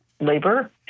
labor